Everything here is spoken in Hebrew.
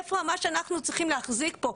איפה מה שאנחנו צריכים להחזיק פה?